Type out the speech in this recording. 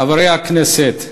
חברי הכנסת,